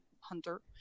Hunter